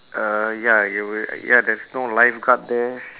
uh ya you r~ ya there's no lifeguard there